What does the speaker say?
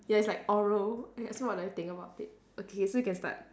ya it's like oral ya okay so what do I think about it okay so you can start